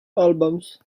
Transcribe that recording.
albums